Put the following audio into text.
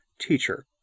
Teacher